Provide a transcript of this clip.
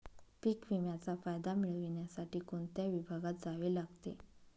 पीक विम्याचा फायदा मिळविण्यासाठी कोणत्या विभागात जावे लागते?